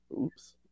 Oops